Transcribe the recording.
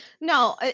No